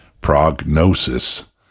Prognosis